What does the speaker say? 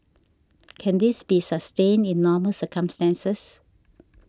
can this be sustained in normal circumstances